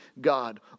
God